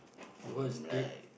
worst date